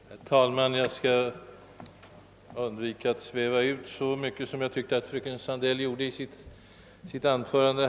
Herr talman! Jag skall undvika att sväva ut så mycket som jag tyckte att fröken Sandell gjorde i sitt anförande.